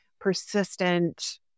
persistent